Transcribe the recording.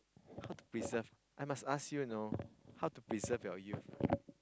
how to preserve I must ask you know how to preserve your youth